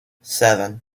seven